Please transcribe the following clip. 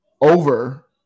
over